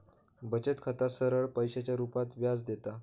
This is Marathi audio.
बचत खाता सरळ पैशाच्या रुपात व्याज देता